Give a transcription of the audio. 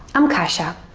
i'm kasia.